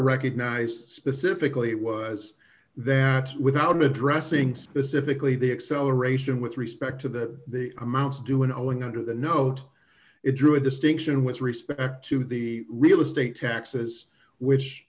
recognized specifically was that without addressing specifically the acceleration with respect to the amounts due and owing to the note it drew a distinction with respect to the real estate taxes which